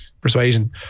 persuasion